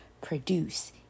produce